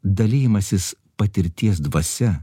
dalijimasis patirties dvasia